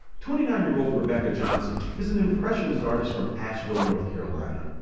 twenty nine year old rebecca johnson is an impressionist artist from asheville, north carolina.